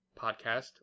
podcast